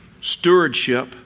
stewardship